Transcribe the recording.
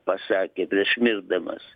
pasakė prieš mirdamas